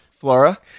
Flora